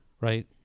right